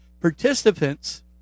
Participants